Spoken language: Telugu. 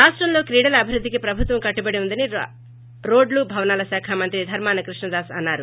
రాష్టంలో క్రీడల అభివృద్ధికి ప్రభుత్వం కట్టుబడి ఉందని రోడ్లు భవనాల శాఖ మంత్రి ధర్మోన కృష్ణదాస్ అన్నారు